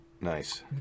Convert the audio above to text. Nice